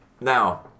Now